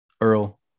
Earl